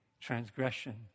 transgression